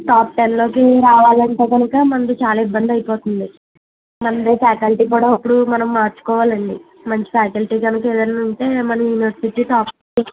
top టెన్లోకి రావాలంటే కనుక మనది చాలా ఇబ్బంది అయిపోతుంది మనది ఫ్యాకల్టీ కూడా అప్పుడు మనం మార్చుకోవాలి అండి మంచి ఫ్యాకల్టీ కనుక ఏదన్నా ఉంటే మనం యూనివర్సిటీ టాప్